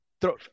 throw –